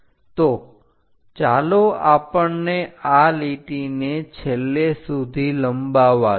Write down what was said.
તો ચાલો આપણને આ લીટીને છેલ્લે સુધી લંબાવવા દો